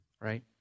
right